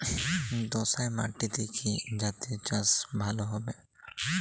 দোয়াশ মাটিতে কি জাতীয় চাষ ভালো হবে?